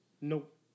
Nope